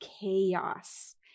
chaos